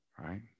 Right